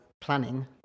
planning